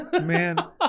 Man